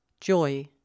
Joy